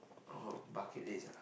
oh bucket list ah